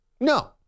No